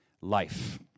life